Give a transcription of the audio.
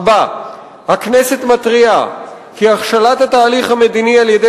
4. הכנסת מתריעה כי הכשלת התהליך המדיני על-ידי